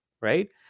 right